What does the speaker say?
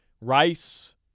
rice